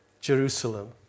Jerusalem